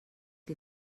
que